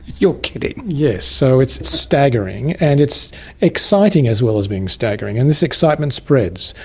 you're kidding! yes, so it's staggering, and it's exciting as well as being staggering, and this excitement spreads.